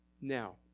Now